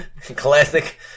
Classic